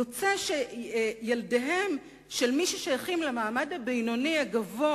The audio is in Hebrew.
יוצא שילדיהם של מי ששייכים למעמד הבינוני-הגבוה